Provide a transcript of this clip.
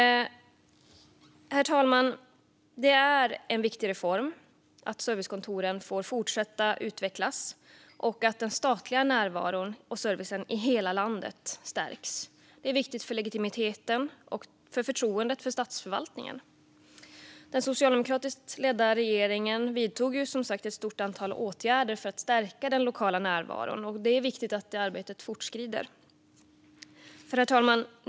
Herr talman! Att servicekontoren får fortsätta att utvecklas är en viktig reform. Att den statliga närvaron och servicen i hela landet stärks är viktigt för legitimiteten och förtroendet för statsförvaltningen. Den socialdemokratiskt ledda regeringen vidtog som sagt ett stort antal åtgärder för att stärka den lokala närvaron, och det är viktigt att det arbetet fortskrider. Herr talman!